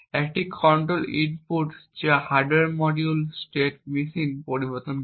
একটি control input যা hardware মডিউলের স্টেট মেশিন পরিবর্তন করে